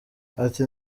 ati